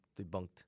debunked